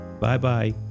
Bye-bye